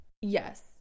Yes